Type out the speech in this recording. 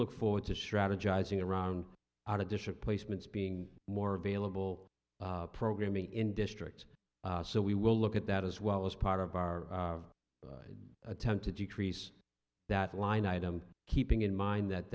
look forward to strategizing around on additional placements being more available programming in district so we will look at that as well as part of our attempt to decrease that line item keeping in mind that